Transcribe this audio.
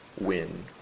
win